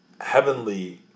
heavenly